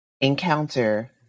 encounter